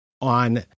on